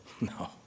No